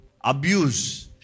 abuse